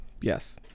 Yes